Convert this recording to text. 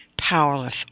powerless